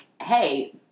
hey